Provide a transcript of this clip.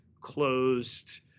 closed